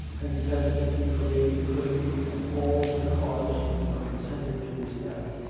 and said that he forgave the queen and all that caused or consented to his death